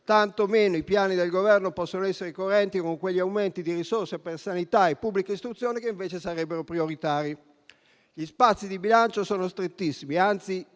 tanto meno i piani del Governo possono essere coerenti con quegli aumenti di risorse per sanità e pubblica istruzione che invece sarebbero prioritari. Gli spazi di bilancio sono strettissimi - anzi